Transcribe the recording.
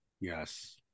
Yes